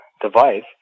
device